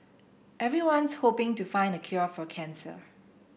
everyone's hoping to find the cure for cancer